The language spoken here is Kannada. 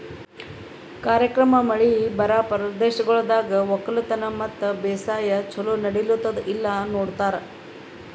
ಕಾರ್ಯಕ್ರಮ ಮಳಿ ಬರಾ ಪ್ರದೇಶಗೊಳ್ದಾಗ್ ಒಕ್ಕಲತನ ಮತ್ತ ಬೇಸಾಯ ಛಲೋ ನಡಿಲ್ಲುತ್ತುದ ಇಲ್ಲಾ ನೋಡ್ತಾರ್